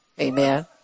Amen